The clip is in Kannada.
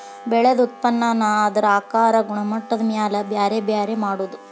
ಬೆಳದ ಉತ್ಪನ್ನಾನ ಅದರ ಆಕಾರಾ ಗುಣಮಟ್ಟದ ಮ್ಯಾಲ ಬ್ಯಾರೆ ಬ್ಯಾರೆ ಮಾಡುದು